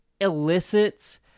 elicits